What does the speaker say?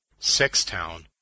Sextown